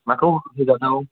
माखौ फोजाबनांगौ